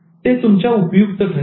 तर ते तुमच्या उपयुक्त ठरेल